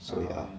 so yeah